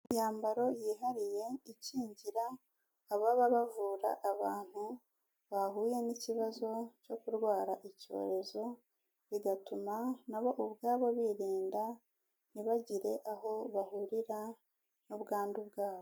Imyambaro yihariye ikingira ababa bavura abantu, bahuye n'ikibazo cyo kurwara icyorezo, bigatuma na bo ubwabo birinda, ntibagire aho bahurira n'ubwandu bwabo.